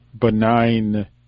benign